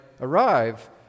arrive